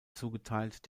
zugeteilt